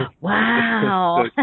Wow